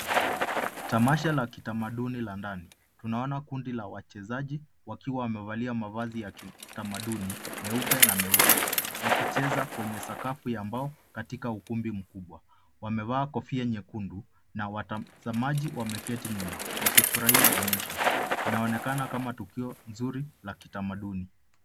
Tamasha ka kitamaduni la ndani. Tunaona kundi la wachezaji wakiwa wamevalia mavazi ya kitamaduni meupe na meupe wakicheza kwenye sakafu ya mbao katika ukumbi mkubwa. Wamevaa kofia nyekundu na watazamaji wameketi nyuma wakifurahia onyesho. Inaonekana kama tukio nzuri la kitamaduni.